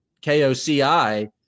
K-O-C-I